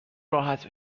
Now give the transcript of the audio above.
راحت